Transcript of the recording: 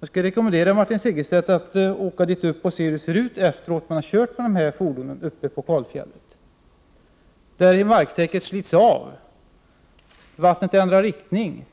Jag rekommenderar Martin Segerstedt att åka dit upp och titta på hur det ser ut sedan man kört med dessa fordon på kalfjället. Marktäcket slits av och vattnet ändrar riktning.